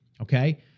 okay